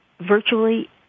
virtually